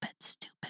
stupid